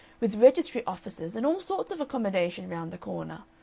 with registry offices and all sorts of accommodation round the corner.